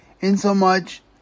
insomuch